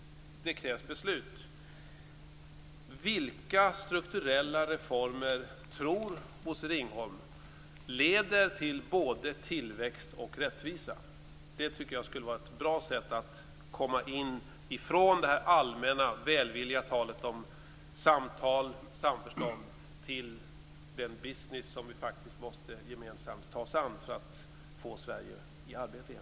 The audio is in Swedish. Det krävs beslut. Vilka strukturella reformer tror Bosse Ringholm leder till både tillväxt och rättvisa? Det tycker jag skulle vara ett bra sätt att komma in, från det allmänna välvilliga talet om samtal och samförstånd, till den business som vi faktiskt gemensamt måste ta oss an för att få Sverige i arbete igen.